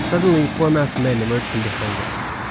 suddenly, four masked men emerged from behind.